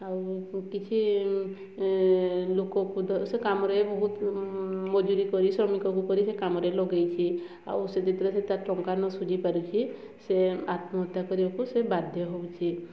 ଆଉ କିଛି ଲୋକ ସେ କାମରେ ବହୁତ ମଜୁରୀ କରି ଶ୍ରମିକ କରି କାମରେ ଲଗାଇଛି ଆଉ ସେ ଭିତରେ ତା ଟଙ୍କା ସୁଝି ନ ପାରିଛି ସେ ଆତ୍ମହତ୍ୟା କରିବାକୁ ସେ ବାଧ୍ୟ ହେଉଛି